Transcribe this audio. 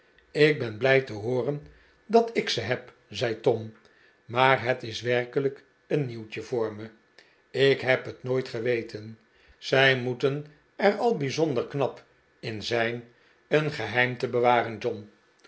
ik ben blij te hooren dat ik ze heb zei tom maar het is werkelijk een nieuwtje voor me ik heb het nooit geweten zij moeten er al bijzonder knap in zijn een geheim te bewaren john